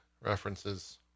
references